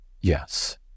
yes